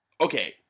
Okay